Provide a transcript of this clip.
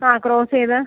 ആ ക്രോസ് ചെയ്ത്